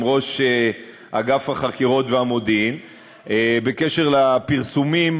ראש אגף החקירות והמודיעין בעניין פרסומים